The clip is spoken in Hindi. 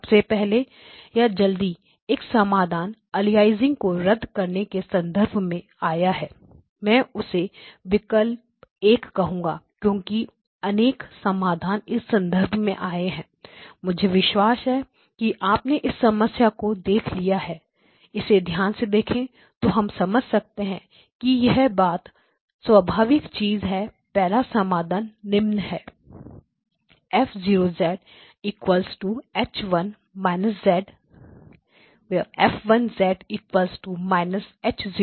सबसे पहले या जल्दी एक समाधान अलियासिंग को रद्द करने के संदर्भ में आया हैं मैं उसे विकल्प एक कहूंगा क्योंकि अनेक समाधान इस संदर्भ में आए हैं मुझे विश्वास है कि आपने इस समस्या को देख लिया है इसे ध्यान से देखें तो हम समझ सकते हैं कि यह बहुत स्वाभाविक चीज है पहला समाधान निम्न है F0 H 1− z ∧F1 −H 0− z